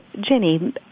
Jenny